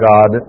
God